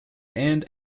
and